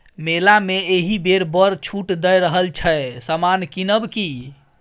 मेला मे एहिबेर बड़ छूट दए रहल छै समान किनब कि?